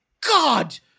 God